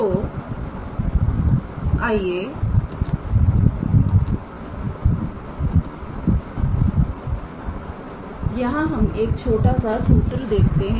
तो आइए यहां हम एक छोटा सा सूत्र देखते हैं